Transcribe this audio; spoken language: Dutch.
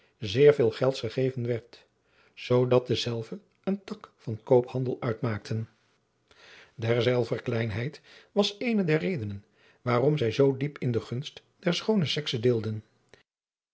zeer veel gelds gegeven werd zoodat dezelve een tak van koophandel uitmaakten derzelver kleinheid was eene der redenen waarom zij zoo diep in de gunst der schoone sekse deelden